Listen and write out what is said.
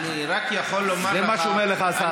אני רק יכול לומר לך, זה מה שאומר לך השר.